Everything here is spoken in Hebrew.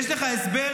יש לך הסבר?